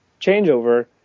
changeover